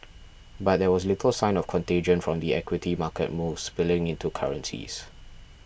but there was little sign of contagion from the equity market moves spilling into currencies